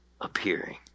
Appearing